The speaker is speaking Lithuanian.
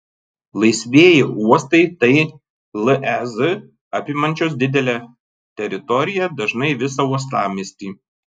laisvieji uostai tai lez apimančios didelę teritoriją dažnai visą uostamiestį